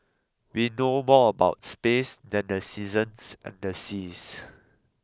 we know more about space than the seasons and the seas